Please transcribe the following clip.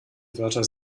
wörter